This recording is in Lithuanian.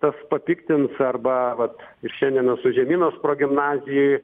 tas papiktins arba vat ir šiandieną su žemynos progimnazijoj